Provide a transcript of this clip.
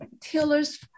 Taylor's